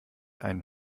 einen